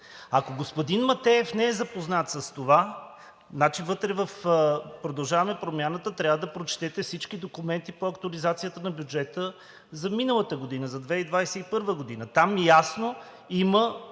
Ако господин Матеев не е запознат с това, значи вътре в „Продължаваме Промяната“ трябва да прочетете всичките документи по актуализацията на бюджета за миналата година – за 2021 г. Там ясно има,